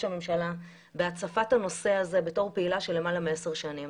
הממשלה בהצפת הנושא הזה כפעילה בנושא למעלה מעשר שנים.